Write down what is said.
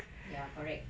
ya correct